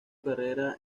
carrera